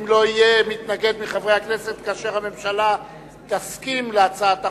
אם לא יהיה מתנגד מחברי הכנסת כאשר הממשלה תסכים להצעת החוק,